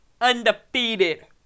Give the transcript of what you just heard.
Undefeated